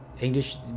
English